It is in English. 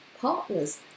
partners